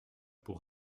pour